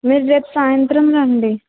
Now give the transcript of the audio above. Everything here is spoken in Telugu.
మీరు రేపు సాయంత్రం రండి